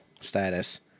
status